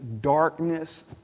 darkness